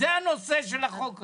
זה הנושא של החוק הזה.